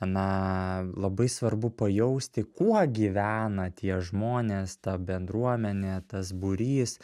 na labai svarbu pajausti kuo gyvena tie žmonės ta bendruomenė tas būrys